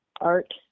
art